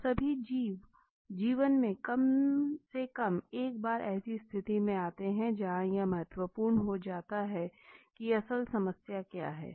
हम सभी जीवन में कम से कम एक बार ऐसी स्थिति में आते है जहाँ यह महत्वपूर्ण हो जाता है की असल समस्या क्या है